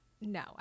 no